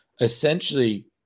essentially